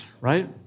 right